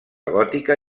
gòtica